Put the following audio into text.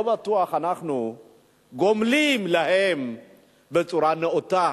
לא בטוח שאנחנו גומלים להם בצורה נאותה,